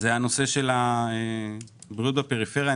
הבריאות בפריפריה.